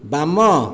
ବାମ